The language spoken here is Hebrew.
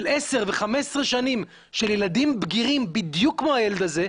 של 10 וחמש עשרה שנים של ילדים בגירים בדיוק כמו הילד הזה,